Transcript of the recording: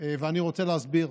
ואני רוצה להסביר.